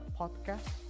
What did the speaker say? podcast